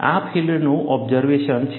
આ ફિલ્ડનું ઓબ્ઝર્વેશન છે